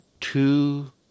two